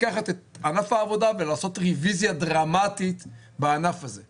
לקחת את ענף העבודה ולעשות רביזיה דרמטית בענף הזה.